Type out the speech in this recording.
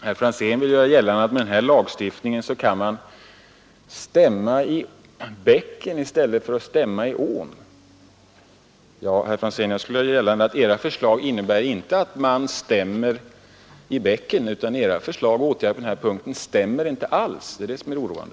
Herr Franzén vill göra gällande att man med den föreslagna lagstiftningen kan stämma i bäcken i stället för att stämma i ån. Jag skulle vilja säga att era förslag på den här punkten inte stämmer i bäcken; de stämmer inte alls. Det är det som är det oroande.